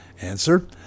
Answer